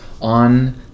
on